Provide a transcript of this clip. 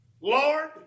Lord